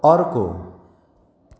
अर्को